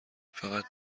فقط